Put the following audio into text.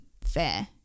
fair